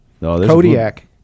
Kodiak